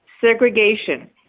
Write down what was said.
segregation